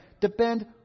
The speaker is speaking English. depend